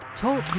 Talk